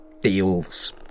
deals